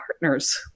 partners